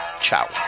Ciao